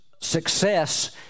success